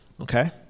Okay